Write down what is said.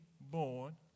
born